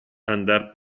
andar